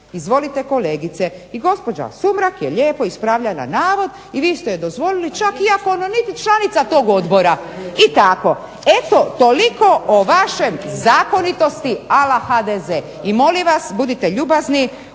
Izvolite kolegice. I gospođa Sumrak je lijepo ispravljala navod i vi ste joj dozvolili čak i ako ona nije članica tog odbora i tako. Eto toliko o vašoj zakonitosti a la HDZ. I molim vas budite ljubazni.